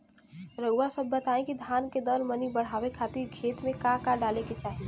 रउआ सभ बताई कि धान के दर मनी बड़ावे खातिर खेत में का का डाले के चाही?